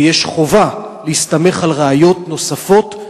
וחובה להסתמך על ראיות נוספות,